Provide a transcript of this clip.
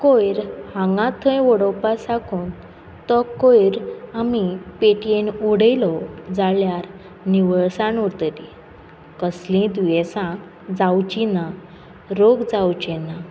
कोयर हांगा थंय वडोवपा साकून तो कोयर आमी पेटयेन उडयलो जाल्यार निवळसाण उरतली कसलींय दुयेंसां जावची ना रोग जावचे ना